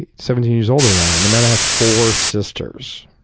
seventeen years older than i am. and then i have four sisters.